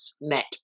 met